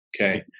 Okay